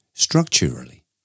Structurally